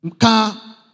car